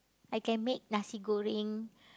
I can make nasi goreng